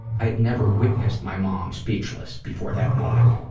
i had never witnessed my mom speechless before that moment.